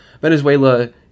Venezuela